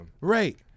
Right